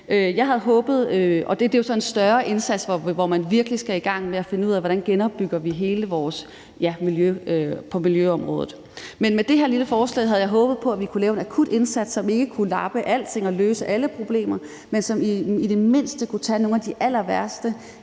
Det er så en større indsats, der skal til, hvor man virkelig skal i gang med at finde ud af, hvordan vi genopbygger hele miljøområdet. Men med det her lille forslag havde jeg håbet på, at vi kunne lave en akut indsats, som ikke kunne lappe alting og løse alle problemer, men som i det mindste kunne tage nogle af de allerværste